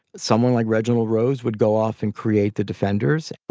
someone like reginald rose would go off and create the defenders